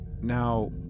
Now